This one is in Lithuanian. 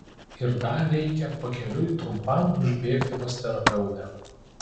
ir dar reikia pakeliui trumpam užbėgti pas terapeutę